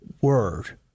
word